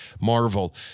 Marvel